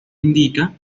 indica